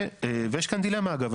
יש כאן דילמה, אגב.